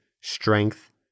strength